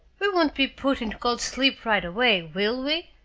we won't be put into cold-sleep right away, will we?